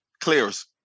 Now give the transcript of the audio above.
Clears